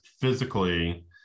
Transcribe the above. physically